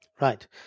Right